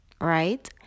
right